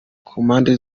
kumpande